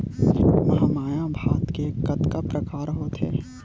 महमाया भात के कतका प्रकार होथे?